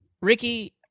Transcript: Ricky